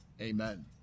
Amen